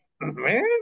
man